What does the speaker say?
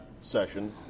session